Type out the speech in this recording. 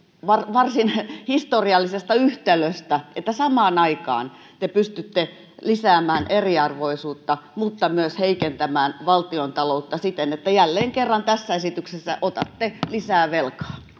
varsin historiallisesta yhtälöstä että samaan aikaan te pystytte lisäämään eriarvoisuutta mutta myös heikentämään valtiontaloutta siten että jälleen kerran tässä esityksessä otatte lisää velkaa